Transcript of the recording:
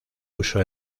uso